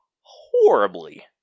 horribly